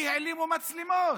כי העלימו מצלמות.